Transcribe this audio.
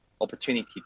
opportunity